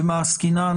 במה עסקינן.